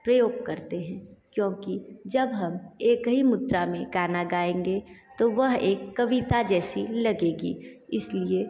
प्रयोग करते हैं क्योंकि जब हम एक ही मुद्रा में गाना गाएंगे तो वह एक कविता जैसी लगेगी इस लिए